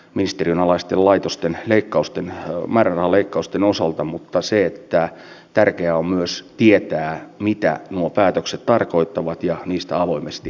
tehtyjen tieteellis teknisten vertailujen perusteella pyhäsalmen kaivos pohjois pohjanmaalla on ensisijainen vaihtoehto lagunan sijoituspaikaksi siis paras paikka koko euroopassa